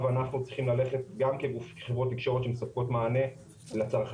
אנחנו צריכים ללכת גם כחברות תקשורת שמספקות מענה לצרכנים.